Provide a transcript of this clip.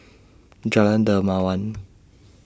Jalan Dermawan